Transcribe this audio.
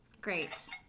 Great